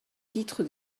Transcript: titre